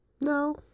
no